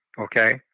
Okay